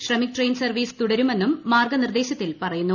Shramik train service തുടരുമെന്നും മാർഗ്ഗനിർദ്ദേശത്തിൽ പറയുന്നു